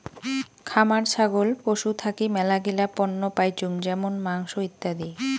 খামার ছাগল পশু থাকি মেলাগিলা পণ্য পাইচুঙ যেমন মাংস, ইত্যাদি